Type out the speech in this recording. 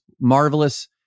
marvelous